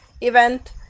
event